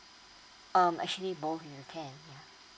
um actually both in a can yay